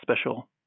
special